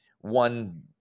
one